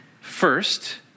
First